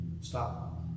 stop